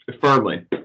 Firmly